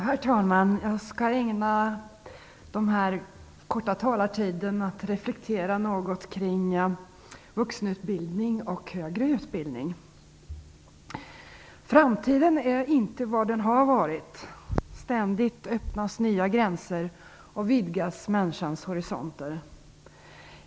Herr talman! Jag skall ägna min korta taletid åt att något reflektera kring vuxenutbildning och högre utbildning. Framtiden är inte vad den har varit. Ständigt öppnas nya gränser och ständigt vidgas människans horisonter.